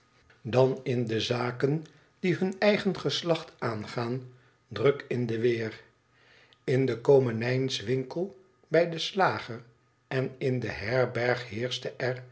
vribnd in de zaken die httn eigen geslacht aangaan druk in de weer in den komenijswinkel bij den slager en in de herberg heerschte